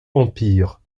empire